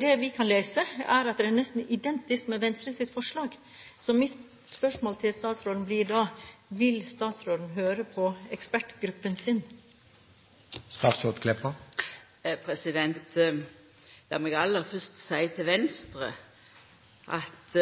Det vi kan lese, er at dette nesten er identisk med Venstres forslag. Så mitt spørsmål til statsråden blir da: Vil statsråden høre på ekspertgruppen sin? Lat meg aller fyrst seia til Venstre at